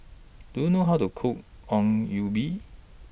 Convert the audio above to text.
Do YOU know How to Cook Ongol Ubi